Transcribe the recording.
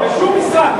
בשום משרד.